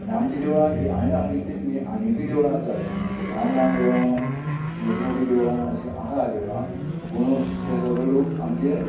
आनी आमची देवळां हांयें सांगली तितलींच न्ही आनीकूय देवळां आसात ल्हान ल्हान देवळां मोटी मोटी देवळां अशीं आहा देवळां पूण ते सगळे लोक आमचे